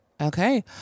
Okay